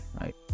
right